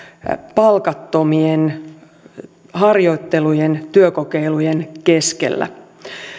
palkattomien harjoittelujen työkokeilujen keskellä